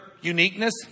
uniqueness